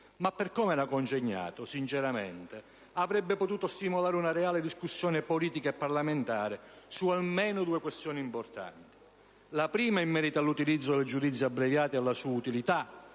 Ma, per come era congegnato, sinceramente avrebbe potuto stimolare una reale discussione politica e parlamentare su almeno due questioni importanti. La prima verte sull'utilizzo del giudizio abbreviato e alla sua utilità.